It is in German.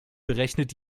berechnet